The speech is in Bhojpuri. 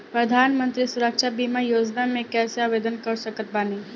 प्रधानमंत्री सुरक्षा बीमा योजना मे कैसे आवेदन कर सकत बानी?